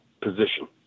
position